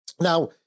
Now